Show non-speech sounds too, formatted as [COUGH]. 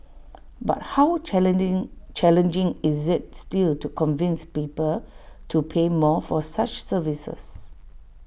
but how [UNINTELLIGIBLE] challenging is IT still to convince people to pay more for such services